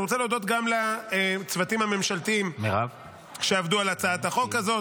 אני רוצה להודות גם לצוותים הממשלתיים שעבדו על הצעת החוק הזאת.